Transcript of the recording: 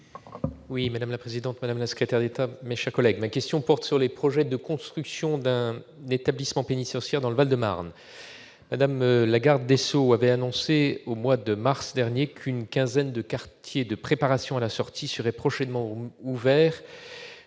Madame la présidente, madame la secrétaire d'État, mes chers collègues, ma question porte sur le projet de construction d'un établissement pénitentiaire dans le Val-de-Marne. Mme la garde des sceaux avait annoncé, au mois de mars dernier, qu'une quinzaine de quartiers de préparation à la sortie seraient prochainement ouverts,